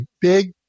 big